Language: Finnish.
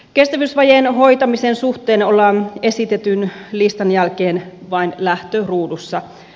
kestävyysvajeen hoitamisen suhteen ollaan esitetyn listan jälkeen vain lähtöruudussa